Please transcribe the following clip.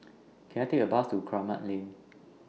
Can I Take A Bus to Kramat Lane